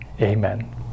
Amen